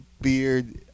beard